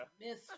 Miss